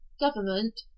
government